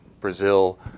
Brazil